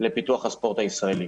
לפיתוח הספורט הישראלי.